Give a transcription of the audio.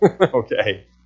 Okay